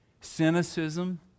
cynicism